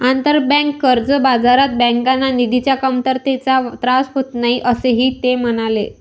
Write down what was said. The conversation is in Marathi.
आंतरबँक कर्ज बाजारात बँकांना निधीच्या कमतरतेचा त्रास होत नाही, असेही ते म्हणाले